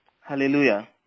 Hallelujah